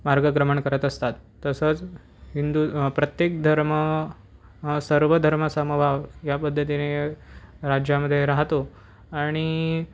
मार्गक्रमण करत असतात तसंच हिंदू प्रत्येक धर्म सर्वधर्मसमभाव या पद्धतीने राज्यामध्ये राहतो आणि